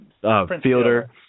fielder